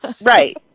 Right